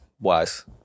wise